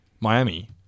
Miami